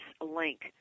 link